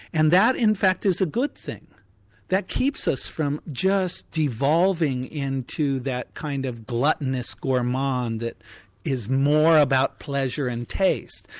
and that in fact is a good thing that keeps us from just devolving into that kind of gluttonous gourmand, is more about pleasure and taste.